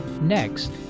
Next